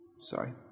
Sorry